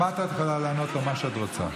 למטה את יכולה לענות לו מה שאת רוצה.